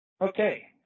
okay